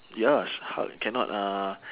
ya s~ hulk cannot uh